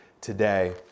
today